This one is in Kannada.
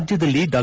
ರಾಜ್ಯದಲ್ಲಿ ಡಾ